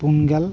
ᱯᱩᱱᱜᱮᱞ